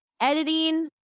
editing